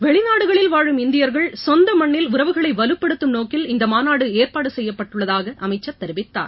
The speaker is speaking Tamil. வெளிநாடுகளில் வாழும் இந்தியர்கள் சொந்த மண்ணில் உறவுகளை வலுப்படுத்தும் நோக்கில் இந்த மாநாடு ஏற்பாடு செய்யப்பட்டுள்ளதாக அமைச்சர் தெரிவித்தார்